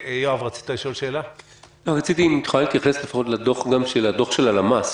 אם את יכולה להתייחס לדוח של הלמ"ס,